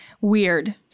Weird